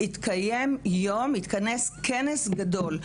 התכנס כנס גדול.